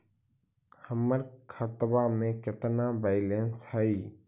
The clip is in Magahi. हमर खतबा में केतना बैलेंस हई?